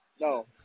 No